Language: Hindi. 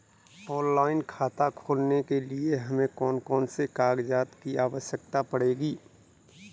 ऑनलाइन खाता खोलने के लिए हमें कौन कौन से कागजात की आवश्यकता पड़ेगी?